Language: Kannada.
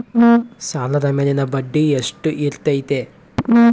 ಸಾಲದ ಮೇಲಿನ ಬಡ್ಡಿ ಎಷ್ಟು ಇರ್ತೈತೆ?